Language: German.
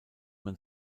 man